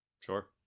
sure